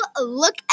look